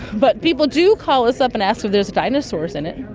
but people do call us up and ask if there's dinosaurs in it.